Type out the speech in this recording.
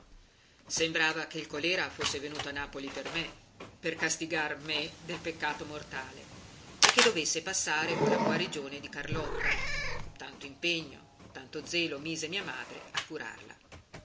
sembrava che il colera fosse venuto a napoli per me per castigar me dal peccato mortale e che dovesse passare con la guarigione di carlotta tanto impegno tanto zelo mise mia madre a curarla